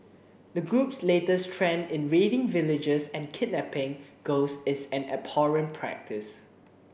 the group's latest trend in raiding villages and kidnapping girls is an abhorrent practice